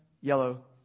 yellow